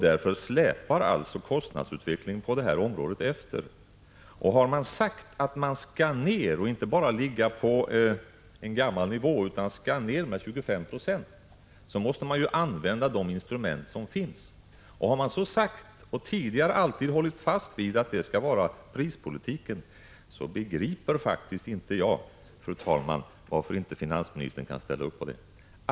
Därför släpar kostnadsutvecklingen på det här området efter. Har man sagt att konsumtionen inte skall ligga på samma nivå som nu utan skall ner med 25 96, måste man använda de instrument som finns. Har man sagt — och tidigare alltid hållit fast vid — att det skall ske med hjälp av tern kan ställa upp på det.